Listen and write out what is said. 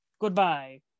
Goodbye